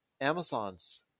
Amazon's